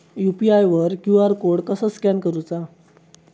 UPI वर QR code कसा scan करूचा?